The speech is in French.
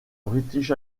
british